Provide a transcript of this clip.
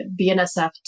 BNSF